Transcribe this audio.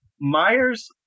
Myers